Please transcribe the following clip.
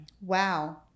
wow